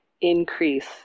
increase